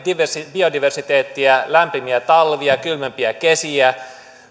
biodiversiteettiä lämpimiä talvia kylmempiä kesiä